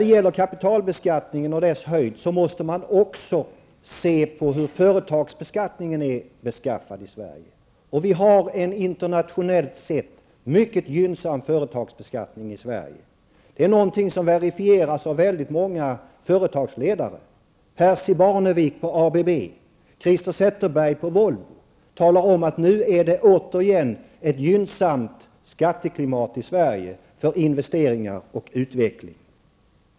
Vad gäller kapitalbeskattningen och dess storlek måste man också se till hur företagsbeskattningen är utformad i Sverige. Vi har en internationellt sett mycket gynnsam företagsbeskattning i landet. Det är något som verifieras av många företagsledare. Volvo säger att det på nytt är ett gynnsamt skatteklimat i Sverige för investeringar och utveckling.